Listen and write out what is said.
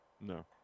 No